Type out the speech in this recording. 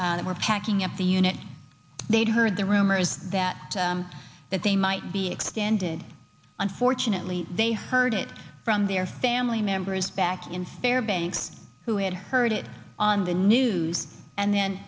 were packing up the unit they'd heard the rumors that that they might be extended unfortunately they heard it from their family members back in fairbanks who had heard it on the news and then